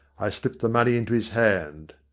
i slipped the money into his hand.